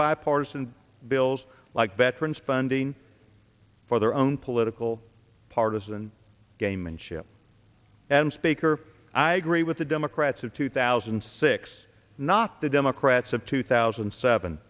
bipartisan bills like veterans funding for their own political partisan game and ship and speaker i agree with the democrats of two thousand and six not the democrats of two thousand and seven